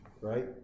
right